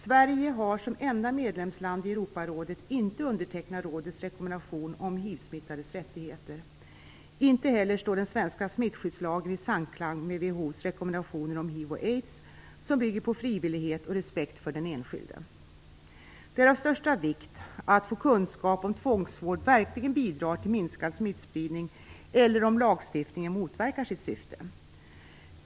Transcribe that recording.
Sverige har som enda medlemsland i Europarådet inte undertecknat rådets rekommendation om hivsmittades rättigheter. Inte heller står den svenska smittskyddslagen i samklang med WHO:s rekommendationer om hiv och aids, som bygger på frivillighet och respekt för den enskilde. Det är av största vikt att få kunskap om tvångsvård verkligen bidrar till minskad smittspridning eller om lagstiftningen motverkar sitt syfte.